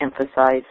emphasize